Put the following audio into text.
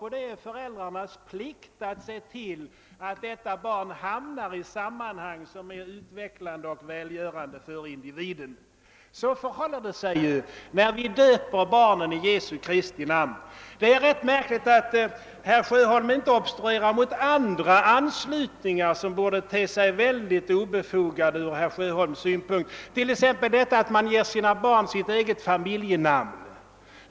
Det är föräldrarnas plikt att se till att detta barn hamnar i sammanhang som de finner utvecklande och välgörande, fostrande individen. Så förhåller det sig ju, när vi döper barnen i Jesu Kristi namn. Det är rätt märkligt att herr Sjöholm inte obstruerar mot andra anslutningar som borde te sig mycket obefogade från herr Sjöholms synpunkt, t.ex. att man ger sina barn sitt eget familjenamn.